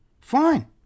Fine